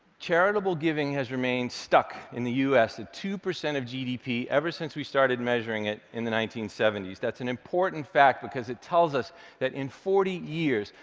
charitable giving has remained stuck in the u s, at two percent of gdp, ever since we started measuring it in the nineteen seventy s. that's an important fact, because it tells us that in forty years,